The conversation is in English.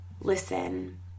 listen